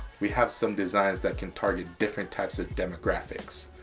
we have some designs that can target different types of demographics,